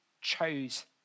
chose